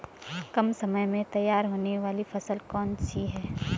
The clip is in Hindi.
कम समय में तैयार होने वाली फसल कौन सी है?